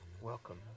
Welcome